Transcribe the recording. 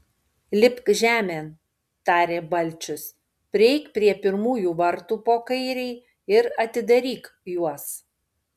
lipk žemėn tarė balčius prieik prie pirmųjų vartų po kairei ir atidaryk juos